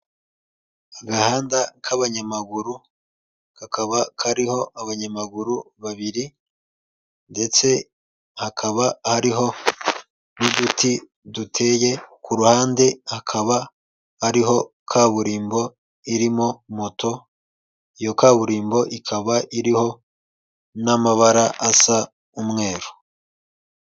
Agahanda k'abanyamaguru, kakaba kariho abanyamaguru babiri, ndetse hakaba hariho n'uduti duteye ku ruhande, hakaba ariho kaburimbo irimo moto, iyo kaburimbo ikaba iriho n'amabara asa umweru.